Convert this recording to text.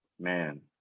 Man